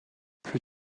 plus